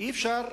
אי-אפשר לקלוט,